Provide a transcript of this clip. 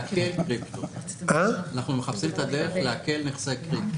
אנחנו מחפשים את הדרך לעקל נכסי הקריפטו,